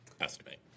estimate